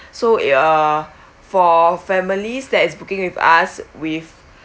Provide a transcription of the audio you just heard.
so eh uh for families that is booking with us with